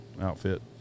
outfit